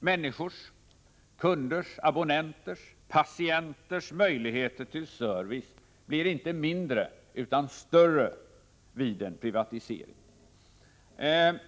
Människors, kunders, abonnenters och patienters möjligheter till service blir inte mindre utan större vid en privatisering.